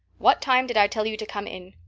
what time did i tell you to come in?